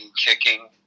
kicking